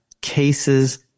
cases